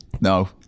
No